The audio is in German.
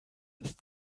ist